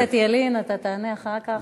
חבר הכנסת ילין, אתה תיענה אחר כך.